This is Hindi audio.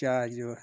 चाय जो